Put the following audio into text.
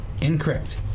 incorrect